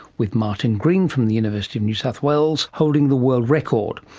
with martin green from the university new south wales holding the world record.